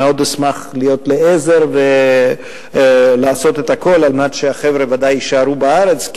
מאוד אשמח להיות לעזר ולעשות את הכול על מנת שהחבר'ה יישארו בארץ,